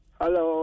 hello